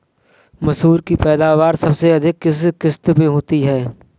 मसूर की पैदावार सबसे अधिक किस किश्त में होती है?